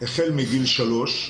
החל מגיל שלוש.